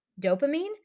dopamine